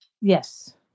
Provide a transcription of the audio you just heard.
Yes